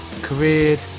careered